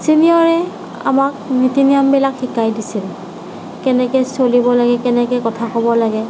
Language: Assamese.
চিনিয়ৰে আমাক নীতি নিয়মবিলাক শিকাই দিছিল কেনেকৈ চলিব লাগে কেনেকৈ কথা ক'ব লাগে